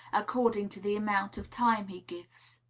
according to the amount of time he gives.